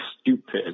stupid